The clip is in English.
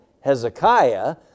Hezekiah